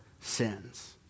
sins